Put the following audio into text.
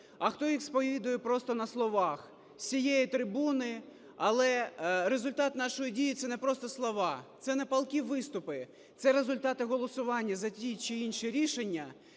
а хто їх сповідує просто на словах з цієї трибуни. Але результат нашої дії - це не просто слова, це не палкі виступи – це результати голосування за ті чи інші рішення,